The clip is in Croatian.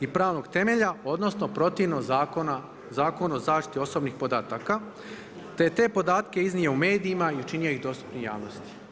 i pravnog temelja, odnosno protivno Zakonu o zaštiti osobnih podataka te je te podatke iznio u medijima i učinio ih dostupnima javnosti.